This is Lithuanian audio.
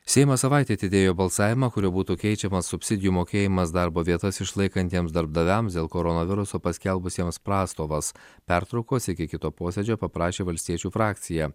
seimas savaitei atidėjo balsavimą kuriuo būtų keičiamas subsidijų mokėjimas darbo vietas išlaikantiems darbdaviams dėl koronaviruso paskelbusiems prastovas pertraukos iki kito posėdžio paprašė valstiečių frakcija